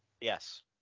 Yes